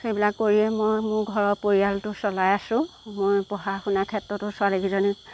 সেইবিলাক কৰিয়ে মই মোৰ ঘৰৰ পৰিয়ালটো চলাই আছো মই পঢ়া শুনা ক্ষেত্ৰতো ছোৱালীকিজনী